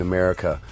America